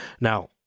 Now